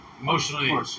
emotionally